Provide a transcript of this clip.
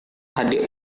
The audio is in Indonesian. adik